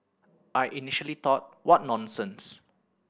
I initially thought what nonsense